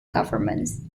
governments